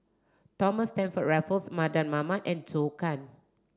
Thomas Stamford Raffles Mardan Mamat and Zhou Can